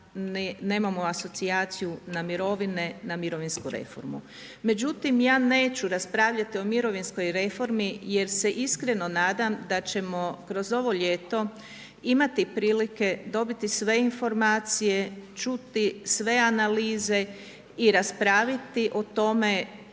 nemamo asocijaciju na mirovine, na mirovinsku reformu. Međutim, ja neću raspravljati o mirovinskoj reformi, jer se iskreno nadam, da ćemo kroz ovo ljeto, dobiti sve informacije, čuti sve analize i raspraviti o tome,